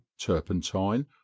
turpentine